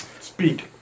Speak